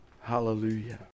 Hallelujah